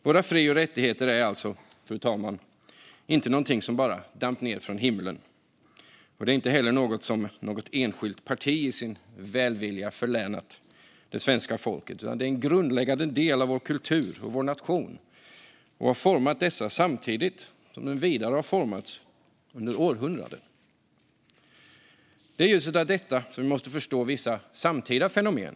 Våra fri och rättigheter är alltså, fru talman, inte någonting som bara damp ned från himlen. Det är inte heller något som något enskilt parti i sin välvilja förlänat det svenska folket. Det är en grundläggande del av vår kultur och vår nation och har format dessa samtidigt som de vidare formats under århundraden. Det är i ljuset av detta som vi måste förstå vissa samtida fenomen.